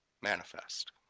manifest